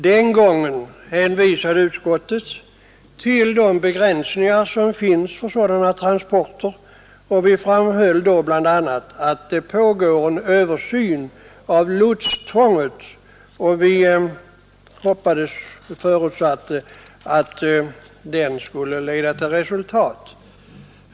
Den gången hänvisade utskottet till de begränsningar som finns för sådana transporter. Vi framhöll då bl.a. att det pågår en översyn av lotstvånget, och vi hoppades och förutsatte att den skulle leda till resultat.